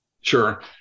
Sure